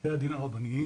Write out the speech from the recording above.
בתי הדין הרבניים